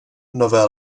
nové